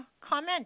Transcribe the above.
comment